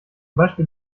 beispiel